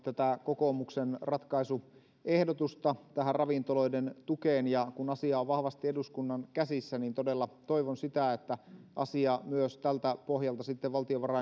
kokoomuksen ratkaisuehdotusta tähän ravintoloiden tukeen ja kun asia on vahvasti eduskunnan käsissä niin todella toivon sitä että asia myös tältä pohjalta sitten